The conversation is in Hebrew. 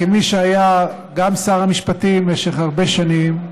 כמי שהיה גם שר המשפטים במשך הרבה שנים,